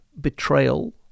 betrayal